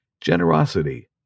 generosity